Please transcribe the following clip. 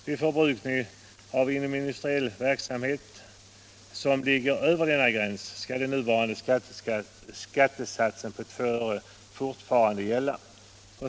Vid förbrukning inom industriell verksamhet som ligger över denna gräns skall den nuvarande skattesatsen på 2 öre fortfarande gälla.